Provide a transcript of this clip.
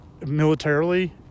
militarily